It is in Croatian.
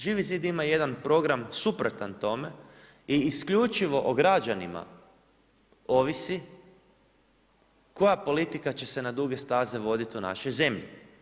Živi zid ima jedan program suprotan tome i isključivo o građanima ovisi koja politika će se na duge staze voditi u našoj zemlji.